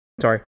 Sorry